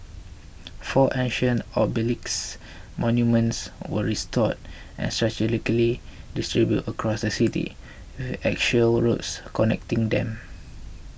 four ancient obelisks monuments were restored and strategically distributed across the city with axial roads connecting them